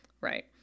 right